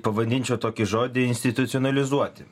pavadinčiau tokį žodį institucionalizuoti